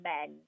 men